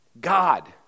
God